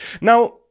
Now